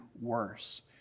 worse